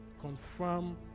Confirm